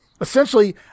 essentially